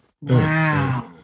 Wow